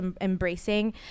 embracing